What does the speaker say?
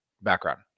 background